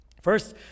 First